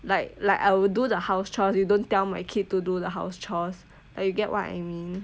like like I will do the house chores you don't tell my kid to do the house chores like you get what I mean